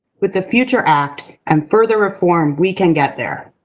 with the future act and further reform, we can get there.